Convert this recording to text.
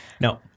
No